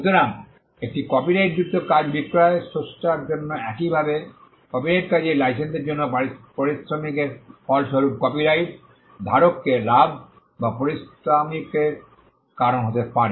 সুতরাং একটি কপিরাইটযুক্ত কাজ বিক্রয় স্রষ্টার জন্য একইভাবে কপিরাইটযুক্ত কাজের লাইসেন্সের জন্য পারিশ্রমিকের ফলস্বরূপ কপিরাইট ধারককে লাভ বা পারিশ্রমিকের কারণ হতে পারে